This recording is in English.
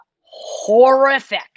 horrific